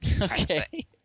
Okay